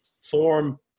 form